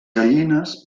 gallines